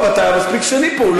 דב, אתה מספיק שנים פה.